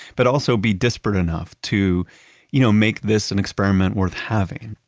but also be disparate enough to you know make this an experiment worth having?